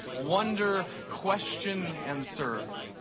wonder, question, and serve.